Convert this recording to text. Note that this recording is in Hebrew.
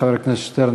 חבר הכנסת שטרן,